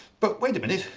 but wait a minute,